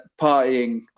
partying